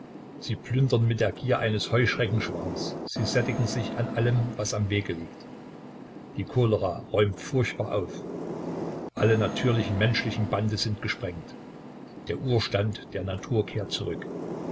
sie plündern mit der gier eines heuschreckenschwarms sie sättigen sich an allem was am wege liegt die cholera räumt furchtbar auf alle natürlichen menschlichen bande sind gesprengt der urständ der natur kehrt zurück